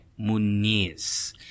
Muniz